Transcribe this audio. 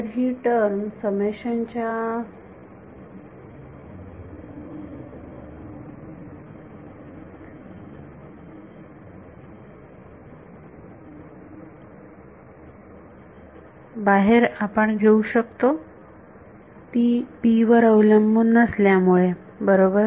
तर ही term summation च्या बाहेर आपण घेऊ शकतो ती p वर अवलंबून नसल्यामुळे बरोबर